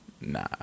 Nah